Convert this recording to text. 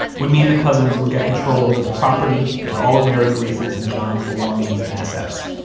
would mean the cousins would get control over the property and all of mary grace's and john's belongings and assets.